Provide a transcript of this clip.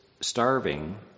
starving